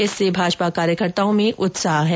इससे भाजपा कार्यकर्ता में उत्साह है